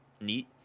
neat